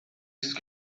است